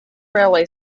railway